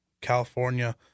California